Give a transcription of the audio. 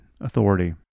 authority